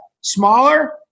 smaller